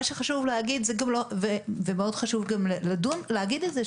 מאוד חשוב גם להגיד את זה,